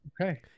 okay